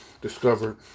discovered